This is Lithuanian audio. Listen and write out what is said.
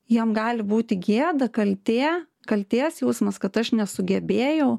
jam gali būti gėda kaltė kaltės jausmas kad aš nesugebėjau